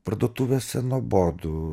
parduotuvėse nuobodu